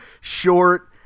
short